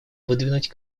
выдвинуть